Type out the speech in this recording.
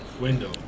window